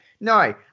no